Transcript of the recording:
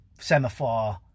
semaphore